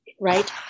right